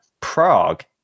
prague